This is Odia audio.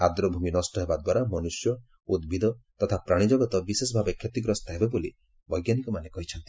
ଆର୍ଦ୍ରଭୂମି ନଷ୍ଟ ହେବା ଦ୍ୱାରା ମନୁଷ୍ୟ ଉଭିଦ ତଥା ପ୍ରାଣୀଜଗତ ବିଶେଷ ଭାବେ କ୍ଷତିଗ୍ରସ୍ତ ହେବେ ବୋଲି ବୈଜ୍ଞାନିକମାନେ କହିଚ୍ଛନ୍ତି